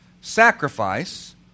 sacrifice